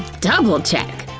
double check!